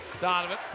Donovan